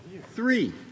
three